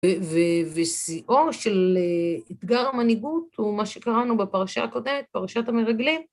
ושיאו של אתגר המנהיגות הוא מה שקראנו בפרשת הקודמת, פרשת המרגלים.